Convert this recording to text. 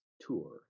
Tour